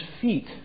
feet